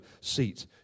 seat